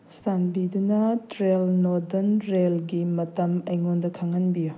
ꯆꯥꯟꯕꯤꯗꯨꯅ ꯇ꯭ꯔꯦꯜ ꯅꯣꯔꯗꯟ ꯔꯦꯜꯒꯤ ꯃꯇꯝ ꯑꯩꯉꯣꯟꯗ ꯈꯪꯍꯟꯕꯤꯌꯨ